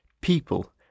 people